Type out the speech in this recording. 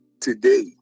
today